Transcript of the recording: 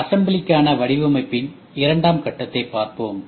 அசெம்பிளிக்கான வடிவமைப்பின் இரண்டாம் கட்டத்தை பார்ப்போம்